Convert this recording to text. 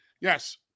Yes